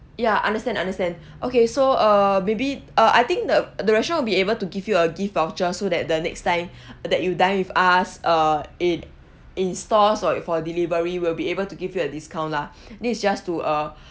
ya understand understand okay so uh maybe uh I think the the restaurant will be able to give you a gift voucher so that the next time that when you dine with us uh it in stores or for delivery will be able to give you a discount lah this is just to uh